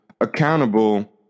accountable